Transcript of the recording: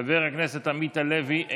חבר הכנסת עמית הלוי,